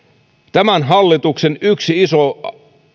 tämän hallituksen yksi iso